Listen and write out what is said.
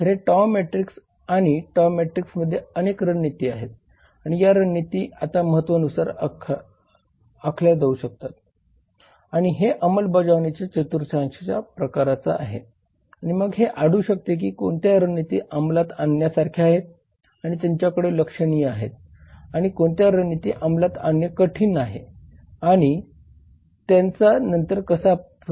तर हे टॉव मॅट्रिक्स आहे आणि टॉव मॅट्रिक्समध्ये अनेक रणनीती आहेत आणि या रणनीती आता महत्त्वानुसार आखल्या जाऊ शकतात आणि हे अंमलबजावणीच्या चतुर्थांश प्रकारच्या आहे आणि मग हे आढळू शकते की कोणत्या रणनीती अंमलात आणण्या सारख्या आहेत आणि त्यांच्याकडे लक्षणीय आहेत आणि कोणत्या रणनीती अंमलात आणणे कठीण आहेत आणि त्यांचा नंतर कसा सामना केला जाऊ शकतो